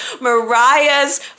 Mariah's